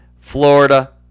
Florida